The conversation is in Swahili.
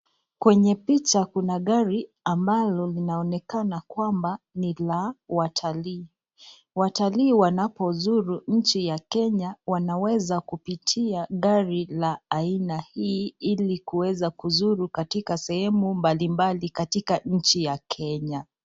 Kwenye picha kuna gari ambalo linaonekana kwamba ni la watalii. Watalii wanapo zuru nchi ya Kenya wanaweza kupitia gari la aina hii, ilikuweza kuzuru katika sehemu mbalimbali katika nchi ya Kenya.